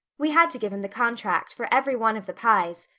we had to give him the contract, for every one of the pyes.